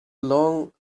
along